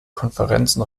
konferenzen